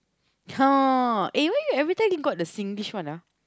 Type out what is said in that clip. (huh) why you everytime you got the Singlish one ah